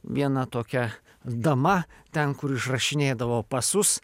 viena tokia dama ten kur išrašinėdavo pasus